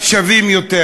שווים יותר.